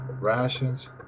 rations